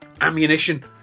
ammunition